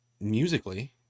musically